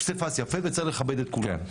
פסיפס יפה וצריך לכבד את כולם.